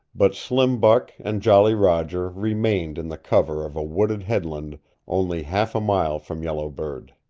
but slim buck and jolly roger remained in the cover of a wooded headland only half a mile from yellow bird.